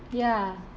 ya